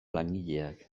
langileak